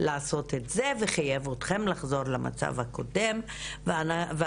לעשות את זה וחייב אתכם לחזור למצב הקודם ואני